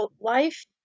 Life